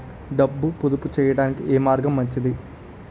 డబ్బు పొదుపు చేయటానికి ఏ మార్గం మంచిది?